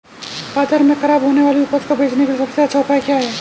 बाजार में खराब होने वाली उपज को बेचने के लिए सबसे अच्छा उपाय क्या हैं?